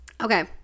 okay